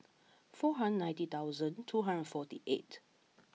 four hundred ninety thousand two hundred forty eight